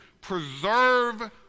preserve